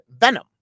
venom